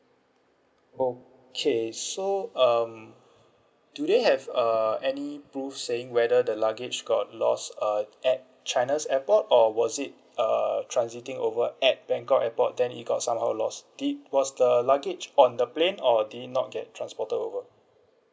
okay so um do they have uh any proof saying whether the luggage got lost uh at china's airport or was it uh transiting over at bangkok airport then it got somehow lost did was the luggage on the plane or did it not get transported over